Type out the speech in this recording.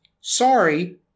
Sorry